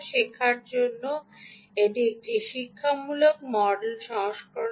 শেখার জন্য অবশ্যই এটি নিখরচায় একটি শিক্ষামূলক সংস্করণ